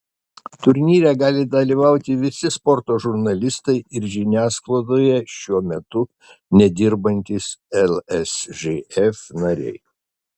turnyre gali dalyvauti visi sporto žurnalistai ir žiniasklaidoje šiuo metu nedirbantys lsžf nariai